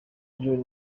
john